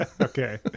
okay